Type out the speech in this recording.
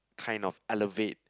kind of elevate